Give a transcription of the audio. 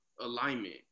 alignment